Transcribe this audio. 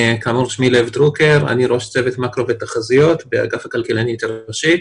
אני ראש צוות מאקרו ותחזיות באגף הכלכלנית הראשית.